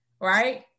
right